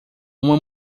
uma